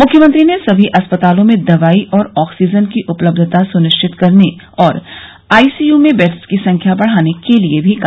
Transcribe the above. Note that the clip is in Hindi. मुख्यमंत्री ने सभी अस्पतालों में दवाई और ऑक्सीजन की उपलब्यता सुनिश्चित करने और आईसीयू में बेड्स की संख्या बढ़ाने के लिए भी कहा